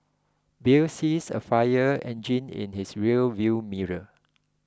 Bill sees a fire engine in his rear view mirror